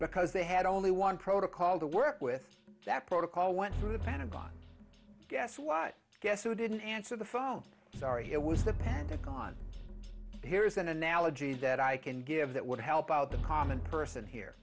because they had only one protocol to work with that protocol went through the pentagon guess what guess who didn't answer the phone sorry it was the pentagon here's an analogy that i can give that would help out the common person here